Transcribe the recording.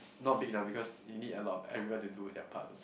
not big enough because you need a lot of everyone to do with their part also